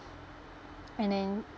and then